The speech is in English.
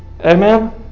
Amen